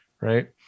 right